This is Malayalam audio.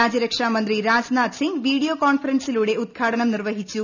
രാജ്യരക്ഷാ മന്ത്രി രാജ്നാഥ്സിംഗ് വീഡിയോ കോൺഫറൻസിംഗിലൂടെ ഉദ്ഘാടനം നിർവ്വഹിച്ചു